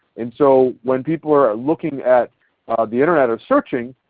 and so when people are looking at the internet or searching,